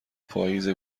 پاییز